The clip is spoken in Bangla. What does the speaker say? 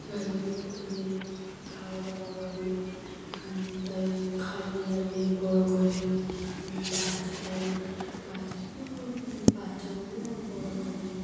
গাই গরু পোথমে খাওয়া দাওয়া হয় তাদের খাইয়ে দাইয়ে বড় করে বাচ্চা হয় বাচ্চাগুনো বাচ্চাগুনো বড় করে